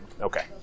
Okay